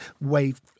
wave